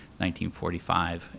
1945